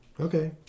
Okay